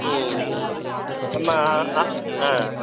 ம் ம் நம்ம ஆ ஆ ஆ